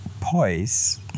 poise